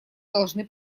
должны